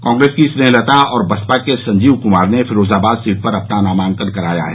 कांग्रेस की स्नेहलता और बसपा के संजीव कुमार ने फिरोजाबाद सीट पर अपना नामांकन कराया है